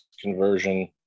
conversion